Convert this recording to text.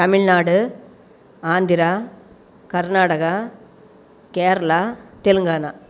Tamil Nadu Andhra Karnataka Kerala Telangana